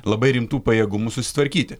labai rimtų pajėgumų susitvarkyti